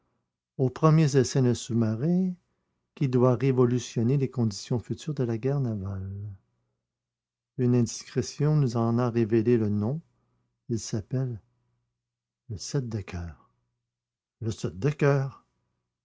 aux premiers essais d'un sous-marin qui doit révolutionner les conditions futures de la guerre navale une indiscrétion nous en a révélé le nom il s'appelle le sept de coeur le sept de coeur